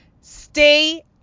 Stay